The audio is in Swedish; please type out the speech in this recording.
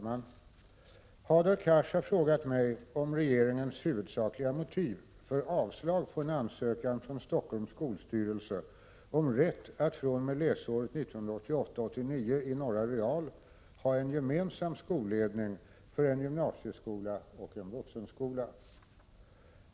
Herr talman! Hadar Cars har frågat mig om regeringens huvudsakliga motiv för avslag på en ansökan från Stockholms skolstyrelse om rätt att fr.o.m. läsåret 1988/89 i Norra real ha en gemensam skolledning för en gymnasieskola och en vuxenskola.